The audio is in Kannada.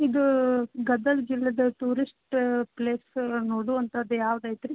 ಇದು ಗದಗ್ ಜಿಲ್ಲೆದು ಟೂರಿಸ್ಟ್ ಪ್ಲೇಸ್ ನೋಡುವಂಥದ್ದು ಯಾವುದು ಐತ್ರಿ